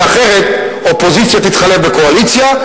כי אחרת אופוזיציה תתחלף בקואליציה,